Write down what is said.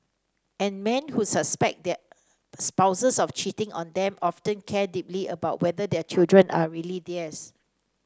and men who suspect their spouses of cheating on them often care deeply about whether their children are really theirs